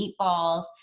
meatballs